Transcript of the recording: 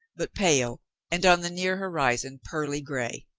but pale and on the near horizon pearly gray.